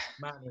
man